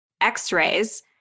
x-rays